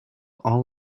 all